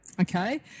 okay